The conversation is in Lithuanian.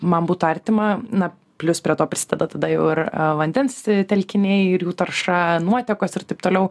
man būtų artima na plius prie to prisideda tada jau ir vandens telkiniai ir jų tarša nuotekos ir taip toliau